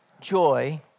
joy